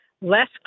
less